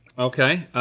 okay.